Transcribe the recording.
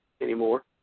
anymore